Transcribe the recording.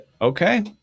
Okay